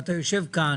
אתה יושב כאן